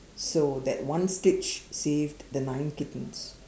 so that one stitch saved the nine kittens